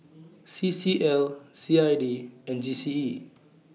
C C L C I D and G C E